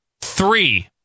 Three